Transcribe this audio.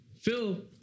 Phil